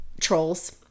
trolls